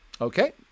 Okay